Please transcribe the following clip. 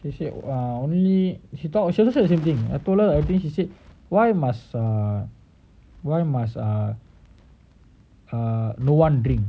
she err only she talk she also said the same thing I told her I think she said why must err why must err err no one drink